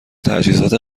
تجهیزات